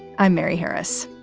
i'm mary harris.